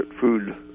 food